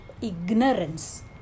ignorance